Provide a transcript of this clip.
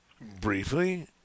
Briefly